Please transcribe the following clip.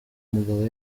mugabo